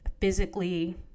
physically